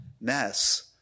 mess